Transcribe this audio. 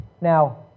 Now